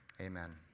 amen